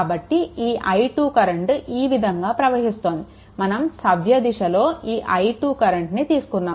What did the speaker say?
కాబట్టి ఈ i2 current ఈ విధంగా ప్రవహిస్తోంది మనం సవ్యదిశలో ఈ i2 కరెంట్ని తీసుకున్నాము